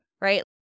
right